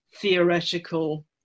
theoretical